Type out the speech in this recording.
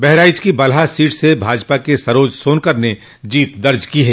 बहराइच की बलहा सीट से भाजपा के सरोज सोनकर ने जीत दर्ज की है